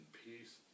peace